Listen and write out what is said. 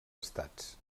estats